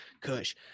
Kush